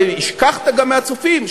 וגם השכחת מהצופים,